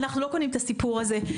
אנחנו לא קונים את הסיפור הזה,